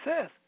says